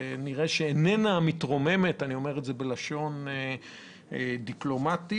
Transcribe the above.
איננה מתרוממת אם לדבר בלשון דיפלומטית.